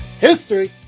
history